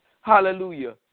Hallelujah